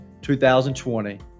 2020